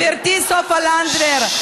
גברתי סופה לנדבר,